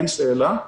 אין שאלה,